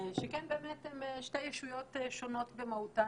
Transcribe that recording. שכן באמת הן שתי ישויות שונות במהותן,